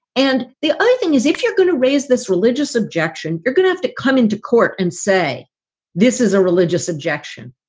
and the thing is, if you're going to raise this religious objection, you're going to have to come into court and say this is a religious objection.